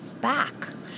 back